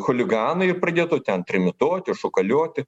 chuliganai ir pradėtų ten trimituoti šūkalioti